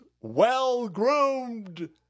well-groomed